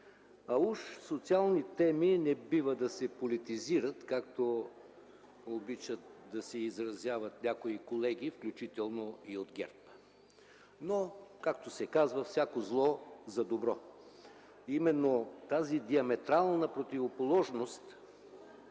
А уж социални теми не бива да се политизират, както обичат да се изразяват някои колеги, включително и от ГЕРБ. Но както се казва: „Всяко зло – за добро”. Именно тази диаметрална противоположност